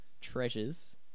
treasures